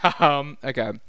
Okay